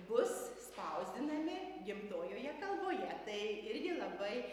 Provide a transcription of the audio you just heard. bus spausdinami gimtojoje kalboje tai irgi labai